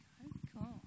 Cool